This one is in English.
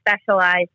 specialize